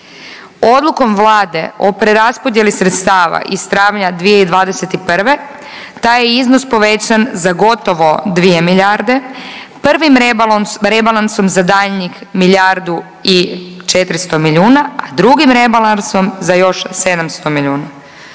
Odlukom Vlade o preraspodijeli sredstva iz travnja 2021. taj je iznos povećan za gotovo 2 milijarde, prvim rebalansom za daljnjih milijardu i 400 milijuna, a drugim rebalansom za još 700 milijuna,